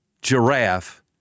Giraffe